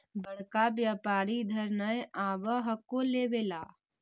बड़का व्यापारि इधर नय आब हको लेबे ला?